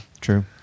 True